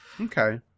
Okay